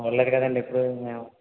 చూడలేదు కదా అండి ఎప్పుడు మేము